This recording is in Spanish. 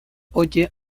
oye